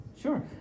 Sure